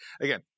again